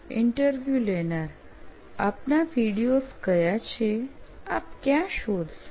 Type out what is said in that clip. interview લેનાર આપના videos કયા છેઆપ ક્યાં શોધશો